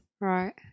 Right